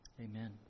Amen